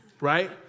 right